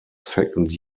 second